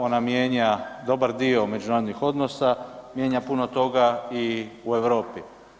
Ona mijenja dobar dio međunarodnih odnosa, mijenja puno toga i u Europi.